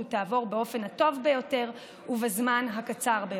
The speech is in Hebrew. תעבור באופן הטוב ביותר ובזמן הקצר ביותר.